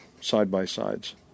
side-by-sides